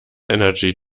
energy